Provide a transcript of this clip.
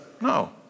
No